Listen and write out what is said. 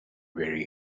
very